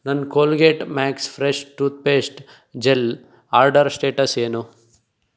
ನನ್ನ Colgate max fresh toothpaste gel order status ಏನು